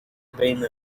بين